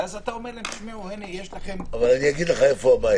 ואתה אומר להם: תשמעו, יש לכם שיק שעומד לחזור.